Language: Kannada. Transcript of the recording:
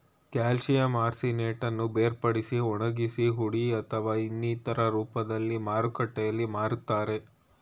ಕ್ಯಾಲ್ಸಿಯಂ ಆರ್ಸಿನೇಟನ್ನು ಬೇರ್ಪಡಿಸಿ ಒಣಗಿಸಿ ಹುಡಿ ಅಥವಾ ಇನ್ನಿತರ ರೂಪ್ದಲ್ಲಿ ಮಾರುಕಟ್ಟೆಲ್ ಮಾರ್ತರೆ